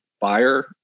buyer